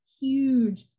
huge